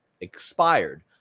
expired